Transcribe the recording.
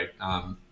right